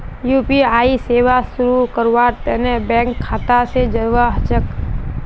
UPI सेवा शुरू करवार तने बैंक खाता स जोड़वा ह छेक